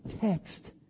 text